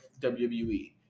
WWE